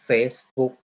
Facebook